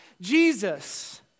Jesus